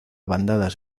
bandadas